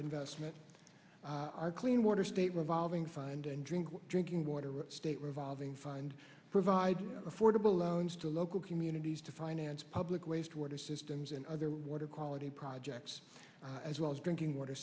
investment our clean water state revolving finding drink drinking water state revolving find provide affordable loans to local communities to finance public waste water systems and other water quality projects as well as drinking water